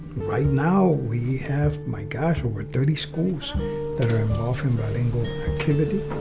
right now, we have, my gosh, over thirty schools that are involved in bilingual activity.